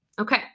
Okay